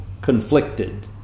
conflicted